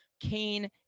Kane